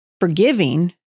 forgiving